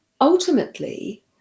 Ultimately